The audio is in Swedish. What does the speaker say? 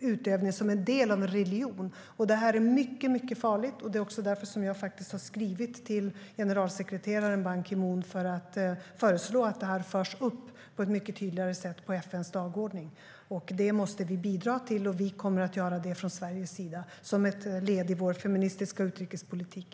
utövning, som en del av en religion. Det är mycket farligt. Det är också därför som jag har skrivit till generalsekreterare Ban Ki Moon för att föreslå att frågan förs upp på ett mycket tydligare sätt på FN:s dagordning. Det måste vi bidra till. Vi kommer att göra det från Sveriges sida som ett led i vår feministiska utrikespolitik.